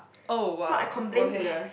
oh !wow! okay